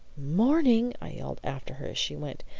morning? i yelled after her as she went.